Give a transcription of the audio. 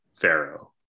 Pharaoh